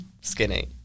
Skinny